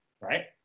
right